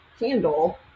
handle